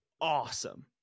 awesome